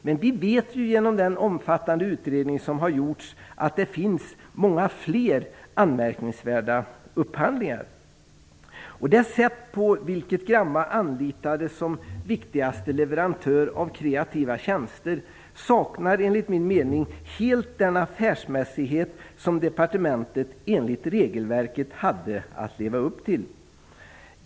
Men vi vet ju, genom den omfattande utredning som har gjorts, att det finns många fler anmärkningsvärda upphandlingar. Det sätt på vilket Gramma anlitades som viktigaste leverantör av kreativa tjänster saknar enligt min mening helt den affärsmässighet som departementet enligt regelverket hade att leva upp till.